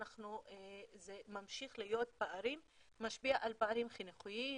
זה ממשיך בפערים ומשפיע על פערים חינוכיים